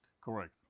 Correct